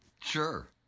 Sure